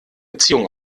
beziehung